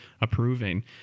approving